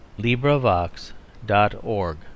LibriVox.org